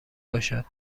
باشد